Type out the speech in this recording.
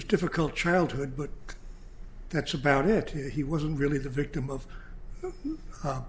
his difficult childhood but that's about it he was really the victim of a